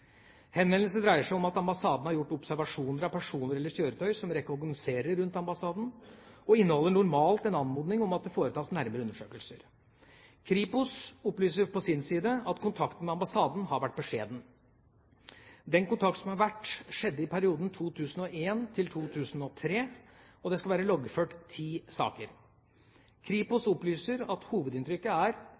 dreier seg om at ambassaden har gjort observasjoner av personer eller kjøretøy som rekognoserer rundt ambassaden, og inneholder normalt en anmodning om at det foretas nærmere undersøkelser. Kripos opplyser på sin side at kontakten med ambassaden har vært beskjeden. Den kontakt som har vært, skjedde i perioden 2001–2003, og det skal være loggført ti saker. Kripos opplyser at hovedinntrykket er